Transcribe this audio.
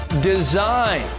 design